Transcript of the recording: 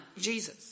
Jesus